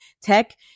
tech